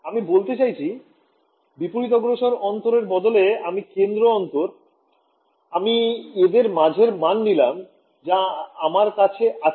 আমি বলতে চাইছি বিপরীতগ্রসর পার্থক্য এর বদলে আমি কেন্দ্র দূরত্ব আমি এদের মাঝের মান নিলাম যা আমার কাছে আছে